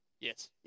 Yes